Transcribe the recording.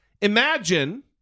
imagine